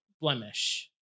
blemish